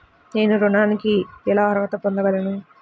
నేను ఋణానికి ఎలా అర్హత పొందగలను?